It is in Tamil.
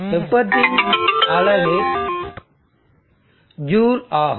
வெப்பத்தின் அலகு ஜூல் ஆகும்